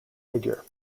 figure